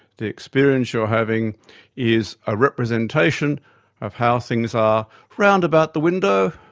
the experience you're having is a representation of how things are round about the window.